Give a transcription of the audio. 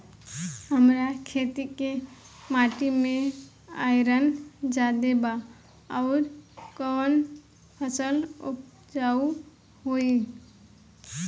हमरा खेत के माटी मे आयरन जादे बा आउर कौन फसल उपजाऊ होइ?